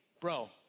bro